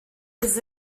his